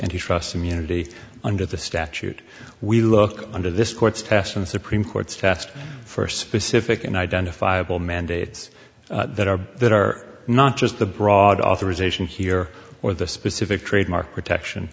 any trust immunity under the statute we look under this court's test of the supreme court's test for specific and identifiable mandates that are that are not just the broad authorization here or the specific trademark protection